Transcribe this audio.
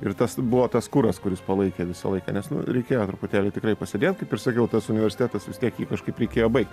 ir tas buvo tas kuras kuris palaikė visą laiką nes nu reikėjo truputėlį tikrai pasėdėt kaip ir sakiau tas universitetas vis tiek jį kažkaip reikėjo baigt